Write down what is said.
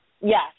Yes